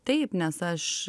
taip nes aš